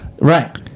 Right